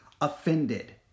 offended